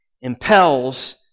impels